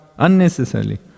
Unnecessarily